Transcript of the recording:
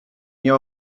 nie